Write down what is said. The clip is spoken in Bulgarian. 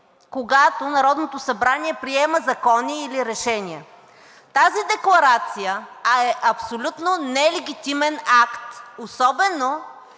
когато Народното събрание приема закони или решения. Тази декларация е абсолютно нелегитимен акт особено